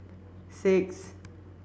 six